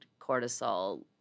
cortisol